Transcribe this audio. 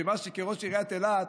שימשתי כראש עיריית אילת,